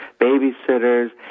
babysitters